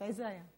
מתי זה היה?